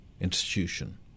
institution